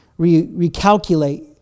recalculate